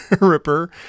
Ripper